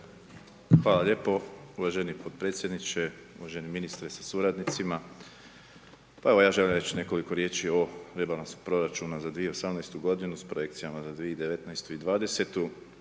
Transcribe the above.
Hvala lijep uvaženi podpredsjedniče, uvaženi ministre sa suradnicima, pa evo ja želim reći nekoliko riječi o rebalansu proračuna za 2018. s projekcijama na 2019. i 2020.